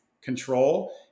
control